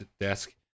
desk